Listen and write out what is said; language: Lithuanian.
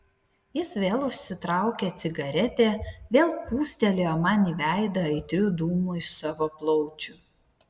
jis vėl užsitraukė cigaretę vėl pūstelėjo man į veidą aitrių dūmų iš savo plaučių